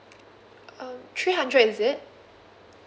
um three hundred is it